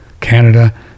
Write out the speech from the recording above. Canada